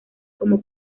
como